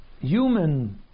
human